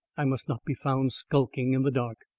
i must not be found skulking in the dark.